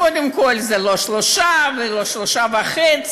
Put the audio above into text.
קודם כול, זה לא 3 ולא 3.5,